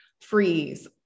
freeze